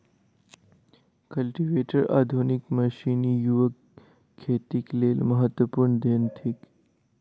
cultivator आधुनिक मशीनी युगक खेतीक लेल महत्वपूर्ण देन थिक